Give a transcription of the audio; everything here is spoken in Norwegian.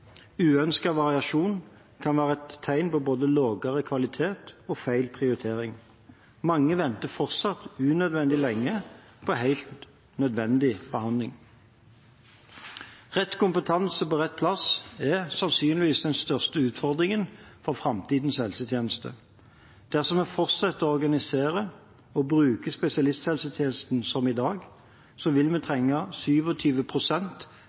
Uønsket variasjon kan være et tegn på både lavere kvalitet og feil prioritering. Mange venter fortsatt unødvendig lenge på helt nødvendig behandling. Rett kompetanse på rett plass er sannsynligvis den største utfordringen for framtidens helsetjeneste. Dersom vi fortsetter å organisere og bruke spesialisthelsetjenesten som i dag, vil vi